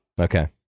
Okay